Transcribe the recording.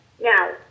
now